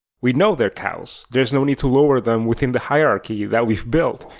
we know they're cows, there's no need to lower them within the hierarchy that we've built,